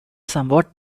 somewhat